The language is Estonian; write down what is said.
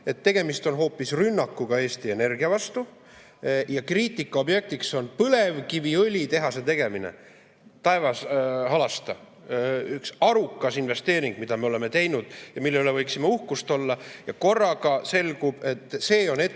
Tegemist on hoopis rünnakuga Eesti Energia vastu. Kriitika objektiks on põlevkiviõlitehase tegemine. Taevas, halasta! Üks arukas investeering, mida me oleme teinud ja mille üle me võiksime uhkust tunda – korraga selgub, et see on etteheite